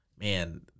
man